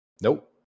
Nope